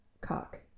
cock